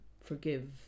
forgive